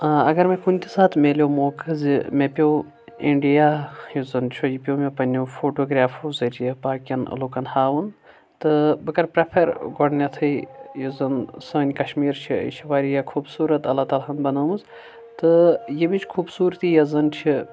اگر مےٚ کُنہِ تہِ ساتہٕ میلیٚو موقعہٕ زِ مےٚ پیٚو اِنڈیا یُس زَن چُھ یہِ پیٚو مےٚ پنٛنیٚو فوٹوگرافو ذٔریعہِ باقِیَن لُکَن ہاوُن تہٕ بہٕ کَرٕ پرٛیفَر گۄڈنٮ۪تھٕے یُس زَن سٲنۍ کَشمیٖر چھِ یہِ چھِ واریاہ خوٗبصوٗرت اللہ تعالیٰ ہَن بنٲومٕژ تہٕ ییٚمِچ خوٗبصوٗری یۄس زَن چھِ